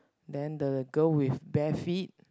then the girl with bare feet